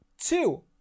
two